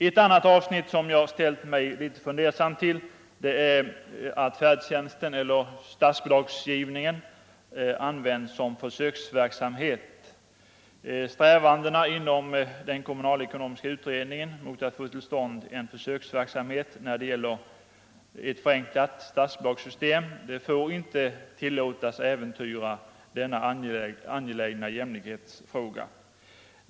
Ett annat avsnitt som jag ställt mig litet fundersam till är att statsbidragsgivningen tillämpas som försöksverksamhet. Strävandena inom den kommunalekonomiska utredningen att få till stånd en försöksverksamhet med ett förenklat statsbidragssystem får inte tillåtas att äventyra denna angelägna jämlikhetsfråga.